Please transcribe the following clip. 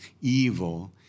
evil